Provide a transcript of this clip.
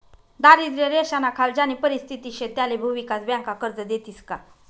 दारिद्र्य रेषानाखाल ज्यानी परिस्थिती शे त्याले भुविकास बँका कर्ज देतीस का?